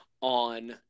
on